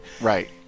Right